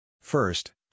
First